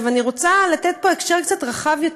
אני רוצה לתת פה הקשר קצת יותר רחב.